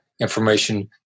information